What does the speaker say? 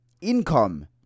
income